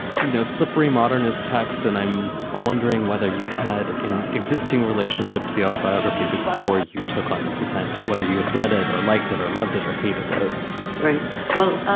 you know, slippery modernist text. and i'm wondering whether you had an existing relationship to the autobiography before you took on this assignment, whether you had read it or liked it or loved it or hated ah it well,